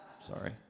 Sorry